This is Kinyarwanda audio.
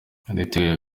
niyitegeka